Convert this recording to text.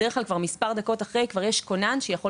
אז בדרך כלל כבר מספר דקות אחרי כבר יש כונן שיכול